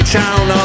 town